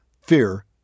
fear